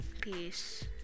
peace